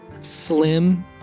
slim